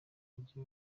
mujyi